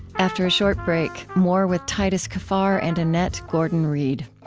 after a short break, more with titus kaphar and annette gordon-reed.